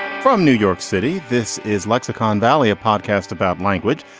from new york city, this is lexicon valley, a podcast about language.